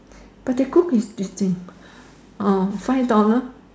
but their cook is orh five dollar